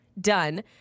done